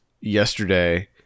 yesterday